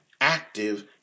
active